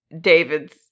David's